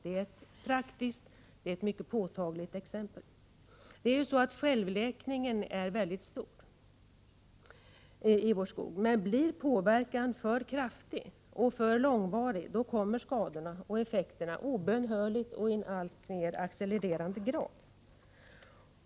Det är ett praktiskt och mycket påtagligt exempel på försurningsproblem. Självläkningen i vår skog är mycket hög. Men blir påverkan för kraftig och för långvarig, då kommer obönhörligen skadorna och effekterna i alltmer accelererande grad.